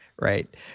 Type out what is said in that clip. right